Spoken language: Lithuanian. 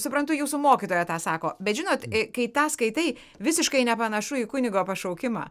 suprantu jūsų mokytoja tą sako bet žinot ė kai tą skaitai visiškai nepanašu į kunigo pašaukimą